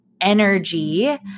energy